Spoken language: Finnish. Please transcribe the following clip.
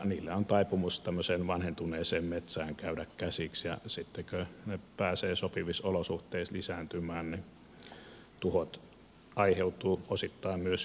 niillä on taipumus tämmöiseen vanhentuneeseen metsään käydä käsiksi ja sitten kun ne pääsevät sopivissa olosuhteissa lisääntymään niin tuhot aiheutuvat osittain myös hyönteisistä